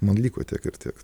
man liko tiek ir tiek